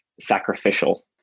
sacrificial